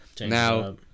Now